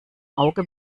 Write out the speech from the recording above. auge